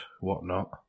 whatnot